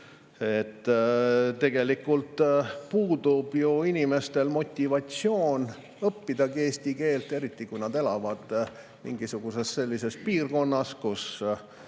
tegelikult puudub ju inimestel motivatsioon õppida eesti keelt, eriti kui nad elavad mingisuguses sellises piirkonnas, kus